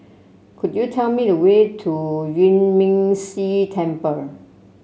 could you tell me the way to Yuan Ming Si Temple